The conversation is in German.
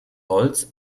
holz